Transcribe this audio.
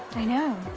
i know,